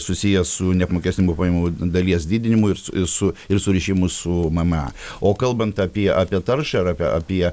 susijęs su neapmokestinamų pajamų dalies didinimu irs ir su ir surišimu su mma o kalbant apie apie taršą ir ape apie